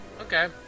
Okay